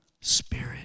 Spirit